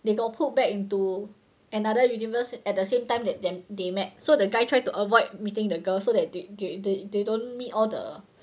they got put back into another universe at the same time that that they met so the guy try to avoid meeting the girl so that they they they they don't meet all the